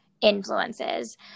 influences